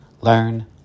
learn